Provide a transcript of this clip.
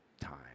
time